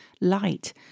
light